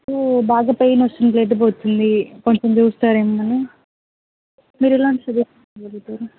so బాగా pain వస్తుంది blood పోతుంది కొంచెం చూస్తారేమో అని మీరు ఎలాంటి సజెషన్స్ ఇవ్వగలుగుతారు